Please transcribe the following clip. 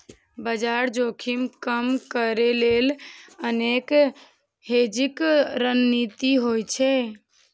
बाजार जोखिम कम करै लेल अनेक हेजिंग रणनीति होइ छै